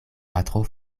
patro